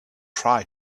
try